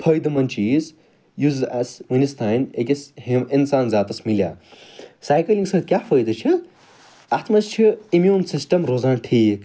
فٲیدٕ منٛد چیٖز یُس اسہِ وُنیٛوس تانۍ أکِس اِنسان ذاتَس ملیٚاو سایکٕلِنٛگ سۭتۍ کیٛاہ فٲیدٕ چھُ اتھ مَنٛز چھُ اِمیٛون سِسٹم روزان ٹھیٖک